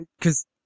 cause